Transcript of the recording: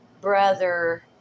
Brother